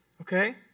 okay